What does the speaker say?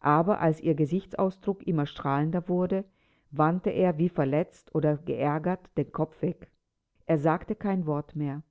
aber ihr gesichtsausdruck immer strahlender wurde wandte er wie verletzt oder geärgert den kopf weg er sagte kein wort mehr